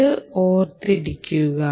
ഇത് ഓർമ്മിക്കുക